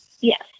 Yes